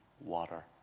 water